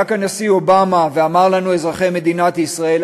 היה כאן הנשיא אובמה ואמר לנו: אזרחי מדינת ישראל,